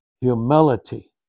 humility